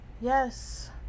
yes